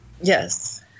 Yes